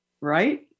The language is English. right